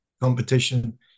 competition